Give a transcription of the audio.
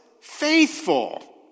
faithful